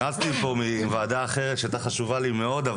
אני עזבתי ועדה אחרת שהייתה חשובה לי מאוד,